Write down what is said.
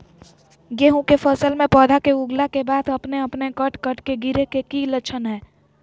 गेहूं के फसल में पौधा के उगला के बाद अपने अपने कट कट के गिरे के की लक्षण हय?